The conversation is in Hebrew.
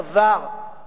לא דלף